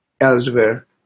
elsewhere